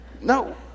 no